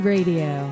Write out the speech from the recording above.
Radio